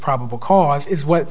probable cause is what